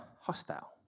hostile